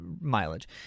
mileage